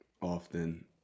often